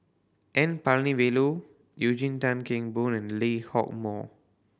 N Palanivelu Eugene Tan Kheng Boon and Lee Hock Moh